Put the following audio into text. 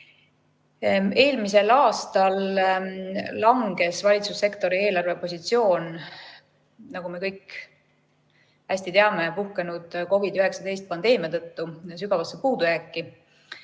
võrra. Eelmisel aastal langes valitsussektori eelarvepositsioon, nagu me kõik hästi teame, puhkenud COVID‑19 pandeemia tõttu sügavasse puudujääki,